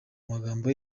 magambo